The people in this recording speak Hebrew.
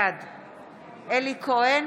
בעד אלי כהן,